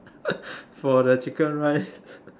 for the chicken rice